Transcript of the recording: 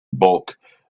bulk